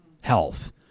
health